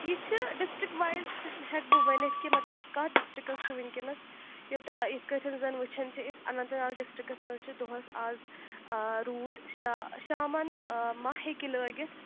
یہِ چھِ district wise ہٮ۪کہٕ بہٕ ؤنِتھ کہِ مطلب کَتھ ڈسٹرکس چھُ وٕنکٮ۪نس یوٗتاہ یِتھ کٲٹھۍ زن وٕچھان چھِ أسۍ اننت ناگ ڈسٹرکس منٛز چھِ دۄہس آز روٗد شا شامن ما ہیٚکہِ لاگِتھ